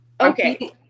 okay